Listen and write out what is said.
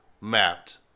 mapped